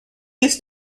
used